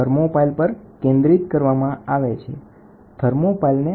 e એ કુલ emissivity છે તો પછી E ઉપર દર્શાવ્યા મુજબ મળી શકે